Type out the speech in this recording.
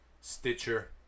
Stitcher